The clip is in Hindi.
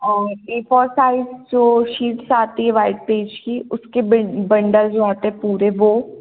और ए फॉर साइज़ जो शीट्स आती है व्हाइट पेज की उसके बन्डल जो आते हैं पूरे वह